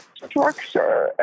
Structure